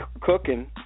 cooking